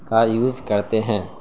کا یوز کرتے ہیں